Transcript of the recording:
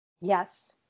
Yes